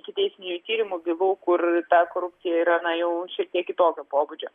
ikiteisminių tyrimų bylų kur ta korupcija yra na jau šiek tiek kitokio pobūdžio